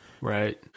Right